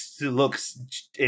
looks